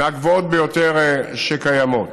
מהגבוהות ביותר שקיימות.